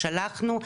שלחנו,